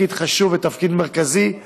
תפקיד חשוב ותפקיד מרכזי: